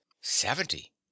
Seventy